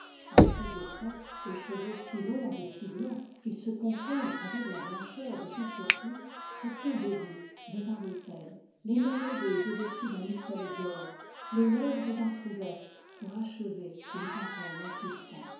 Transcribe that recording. un très vieux prêtre aux cheveux si longs et si blancs qu'ils se confondent avec la blancheur de son surplis se tient debout devant l'autel les mains levées au-dessus d'un missel d'or les lèvres entr'ouvertes pour achever une parole en suspens